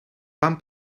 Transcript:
van